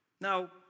Now